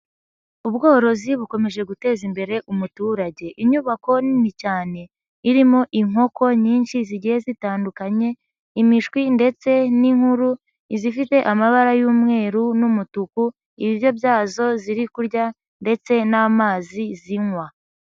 Ubworozi bukomeje guteza imbere umuturage. Inyubako nini cyane irimo inkoko nyinshi zigiye zitandukanye imishwi ndetse n'inkuru, izifite amabara y'umweru n'umutuku, ibiryo byazo ziri kurya ndetse n'amazi zinywa.